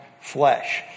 flesh